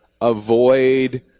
avoid